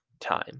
time